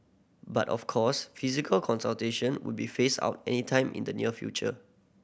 but of course physical consultation would be phased out anytime in the near future